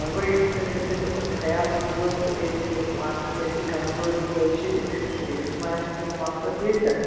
وۅنۍ گوٚو یُس تُہۍ تہِ تھٲوزٮ۪س خیال ؤنۍزِہوس ژےٚ کیٛازِ چھِ یہِ مارکَس کیٛازِ چھِ کمزورٕے کیٛازِ چھِی وُچھو أمِس تہِ ما آسہِ کیٚنٛہہ مَسلہٕ ٹھیٖک چھا